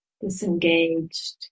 disengaged